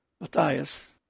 Matthias